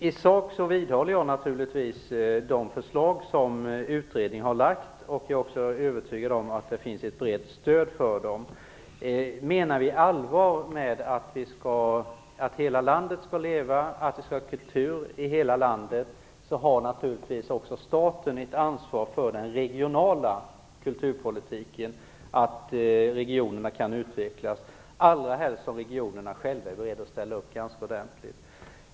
I sak vidhåller jag naturligtvis de förslag som utredningen har lagt fram. Jag är övertygad om att det finns ett brett stöd för dem. Om vi menar allvar med att hela landet skall leva och att vi skall ha kultur i hela landet, så har staten ett ansvar också för den regionala kulturpolitiken, så att regionerna kan utvecklas. Regionerna är dessutom själva beredda att ställa upp ganska mycket.